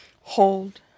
Hold